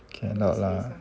cannot lah